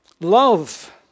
Love